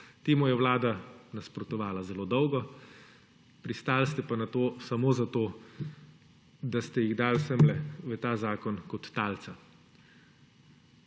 Temu je Vlada nasprotovala zelo dolgo, pristali ste pa na to samo zato, da ste jih dali semle, v ta zakon kot talca.